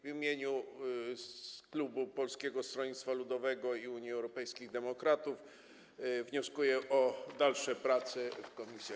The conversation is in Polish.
W imieniu klubu Polskiego Stronnictwa Ludowego i Unii Europejskich Demokratów wnioskuję o dalsze prace w komisjach.